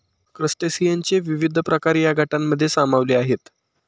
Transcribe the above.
क्रस्टेशियनचे विविध प्रकार या गटांमध्ये सामावलेले आहेत